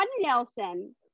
nelson